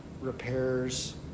repairs